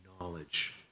knowledge